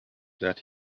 that